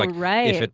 like right. but